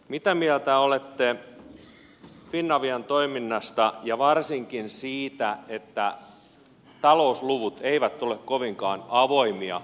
mitä mieltä olette finavian toiminnasta ja varsinkin siitä että talousluvut eivät ole kovinkaan avoimia